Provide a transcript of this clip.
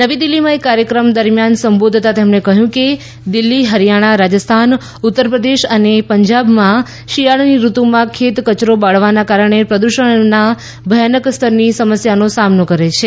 નવી દિલ્હીમાં એક કાર્યક્રમ દરમિયાન સંબોધતાં તેમણે કહ્યું કે દિલ્હી હરિયાણા રાજસ્થાન ઉત્તર પ્રદેશ અને પંજાબમાં શિયાળાની ઋતુમાં ખેત કચરો બળવાના કારણે પ્રદૃષણના ભયાનક સ્તરની સમસ્યાનો સામનો કરે છે